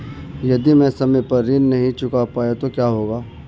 यदि मैं समय पर ऋण नहीं चुका पाई तो क्या होगा?